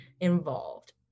involved